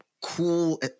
cool